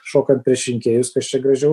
šokant prieš rinkėjus kas čia gražiau